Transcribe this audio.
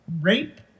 rape